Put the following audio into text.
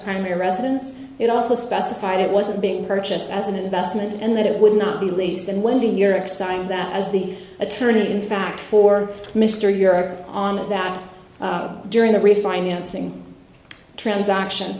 primary residence it also specified it wasn't being purchased as an investment and that it would not be leased and wending your exciting that as the attorney in fact for mr europe on that during the refinancing transaction